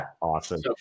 Awesome